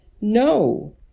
No